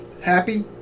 happy